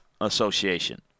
association